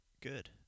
Good